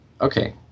Okay